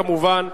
כמובן,